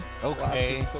Okay